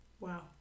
Wow